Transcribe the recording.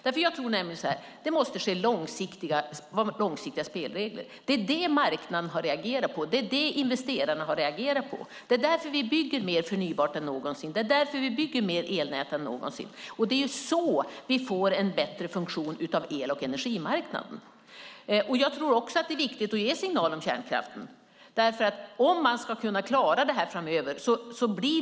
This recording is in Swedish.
Jag tror nämligen så här: Det måste vara långsiktiga spelregler. Det är det marknaden har reagerat på, och det är det investerarna har reagerat på. Det är därför vi bygger mer förnybart än någonsin. Det är därför vi bygger mer elnät än någonsin. Det är så vi får en bättre funktion av el och energimarknaden. Jag tror också att det är viktigt att ge en signal om kärnkraften om man ska kunna klara det här framöver.